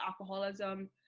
alcoholism